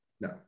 no